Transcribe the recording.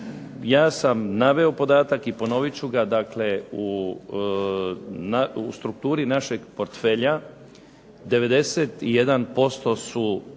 Ja sam naveo podatak i ponovit ću ga, dakle u strukturi našeg portfelja